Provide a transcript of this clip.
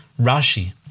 Rashi